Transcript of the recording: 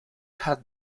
had